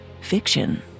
fiction